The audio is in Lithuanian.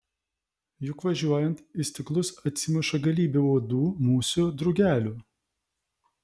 juk važiuojant į stiklus atsimuša galybė uodų musių drugelių